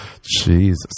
Jesus